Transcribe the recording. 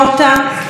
הדוח האחרון שיצא,